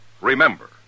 Remember